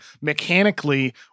mechanically